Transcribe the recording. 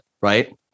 right